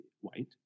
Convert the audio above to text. white